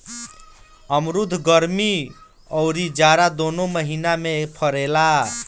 अमरुद गरमी अउरी जाड़ा दूनो महिना में फरेला